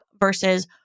versus